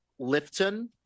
Lifton